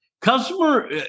Customer